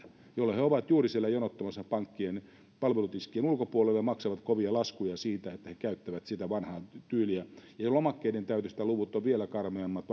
jolloin juuri he ovat jonottamassa siellä pankkien palvelutiskien ulkopuolella ja maksavat kovia laskuja siitä että he käyttävät sitä vanhaa tyyliä ja lomakkeiden täytöstä luvut ovat vielä karmeammat